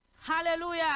Hallelujah